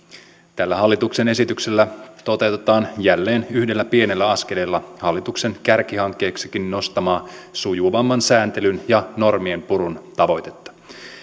tällä hallituksen esityksellä toteutetaan jälleen yhdellä pienellä askeleella hallituksen kärkihankkeeksikin nostamaa sujuvamman sääntelyn ja normien purun tavoitetta